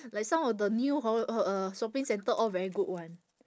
like some of the new ho~ uh shopping center all very good [one]